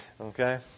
Okay